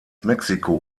mexiko